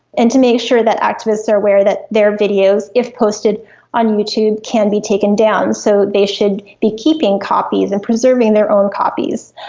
and to make sure that activists are aware that their videos, if posted on youtube, can be taken down, so they should be keeping copies and preserving their own copies.